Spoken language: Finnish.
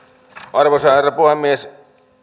arvoisa herra puhemies